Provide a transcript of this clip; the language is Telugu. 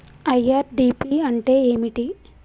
ఐ.ఆర్.డి.పి అంటే ఏమిటి?